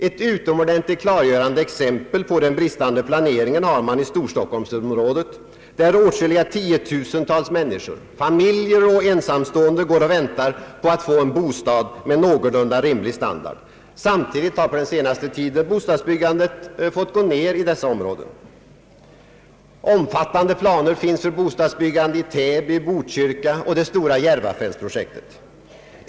Ett utomordentligt klargörande exempel på den bristande planeringen har man i Storstockholmsområdet, där åtskilliga tiotusental människor — familjer och ensamstående — går och väntar på att få en bostad med någorlunda rimlig standard. Samtidigt har på senaste tiden bostadsbyggandet gått ner i dessa områden. Omfattande planer finns för bostadsbyggande i Täby, Botkyrka och det stora Järvafältsprojektet.